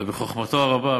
אבל בחוכמתו הרבה,